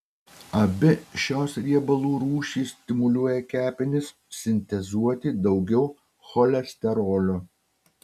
abi šios riebalų rūšys stimuliuoja kepenis sintezuoti daugiau cholesterolio